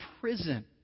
prison